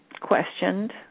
questioned